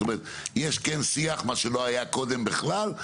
זאת אומרת יש כן שיח, מה שלא היה קודם בכלל.